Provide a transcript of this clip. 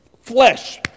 Flesh